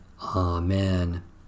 Amen